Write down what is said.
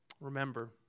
Remember